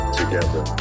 together